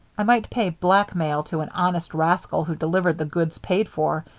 i might pay blackmail to an honest rascal who delivered the goods paid for.